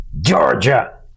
Georgia